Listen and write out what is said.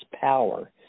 power